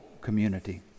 community